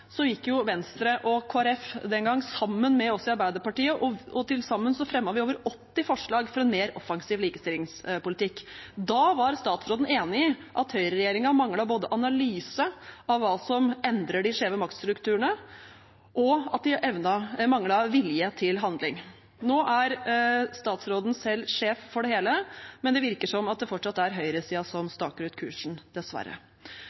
sammen med oss i Arbeiderpartiet, og til sammen fremmet vi over 80 forslag for en mer offensiv likestillingspolitikk. Da var statsråden enig i at høyreregjeringen både manglet en analyse av hva som endrer de skjeve maktstrukturene, og at de manglet vilje til handling. Nå er statsråden selv sjef for det hele, men det virker som at det fortsatt er høyresiden som staker ut kursen, dessverre.